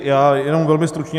Já jenom velmi stručně.